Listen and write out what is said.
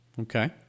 Okay